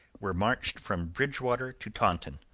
were marched from bridgewater to taunton.